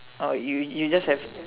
orh you you just have